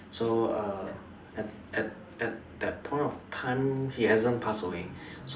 so err at at at that point of time he hasn't pass away